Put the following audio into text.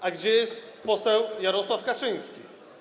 A gdzie jest poseł Jarosław Kaczyński?